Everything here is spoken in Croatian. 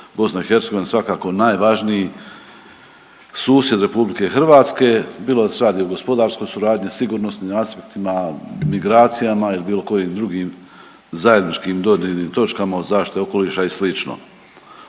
Drugi je BiH svakako najvažniji susjed Republike Hrvatske bilo da se radi o gospodarskoj suradnji, sigurnosnim aspektima, migracijama ili bilo kojim drugim zajedničkim dodirnim točkama od zaštite okoliša i